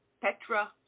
Petra